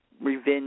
revenge